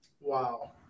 Wow